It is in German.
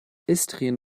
istrien